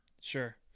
Sure